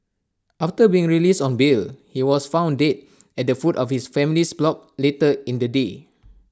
after being released on bail he was found dead at the foot of his family's block later in the day